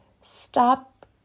stop